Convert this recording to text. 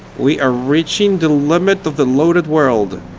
we are reaching the limit of the loaded world.